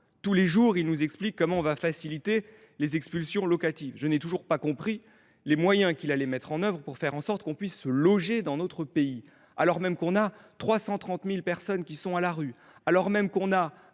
tous les jours, il nous explique comment il va faciliter les expulsions locatives. Je n’ai toujours pas compris les moyens qu’il allait mettre en œuvre pour faire en sorte qu’il soit possible de se loger dans notre pays, alors même que 330 000 personnes sont à la rue et que